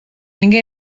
ninguém